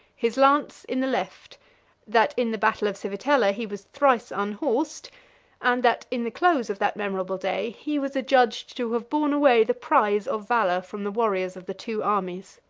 his lance in the left that in the battle of civitella he was thrice unhorsed and that in the close of that memorable day he was adjudged to have borne away the prize of valor from the warriors of the two armies.